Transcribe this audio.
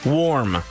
warm